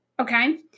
Okay